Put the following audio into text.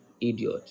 Idiot